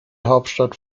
hauptstadt